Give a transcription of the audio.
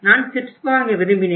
நான் சிப்ஸ் வாங்க விரும்பினேன்